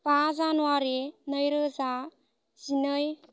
बा जानुवारि नैरोजा जिनै